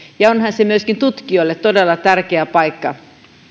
ja onhan se myöskin tutkijoille todella tärkeä paikka